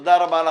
תודה רבה,